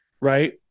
right